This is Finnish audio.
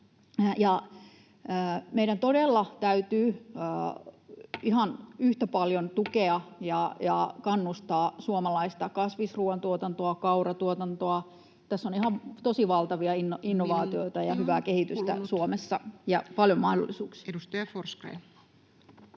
Meidän todella täytyy ihan yhtä paljon tukea ja kannustaa suomalaista kasvisruuantuotantoa ja kauratuotantoa. [Puhemies: Minuutti on kulunut!] Tässä on ihan tosi valtavia innovaatioita ja hyvää kehitystä Suomessa ja paljon mahdollisuuksia. Edustaja Forsgrén.